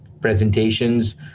presentations